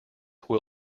will